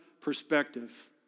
perspective